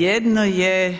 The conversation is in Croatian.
Jedno je